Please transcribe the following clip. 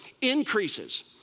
increases